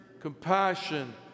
compassion